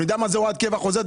אני יודע מה זה הוראת קבע חוזרת,